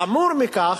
חמור מכך,